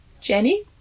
Jenny